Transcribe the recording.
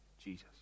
Jesus